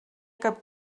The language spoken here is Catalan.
cap